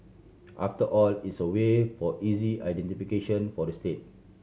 after all it's a way for easy identification for the state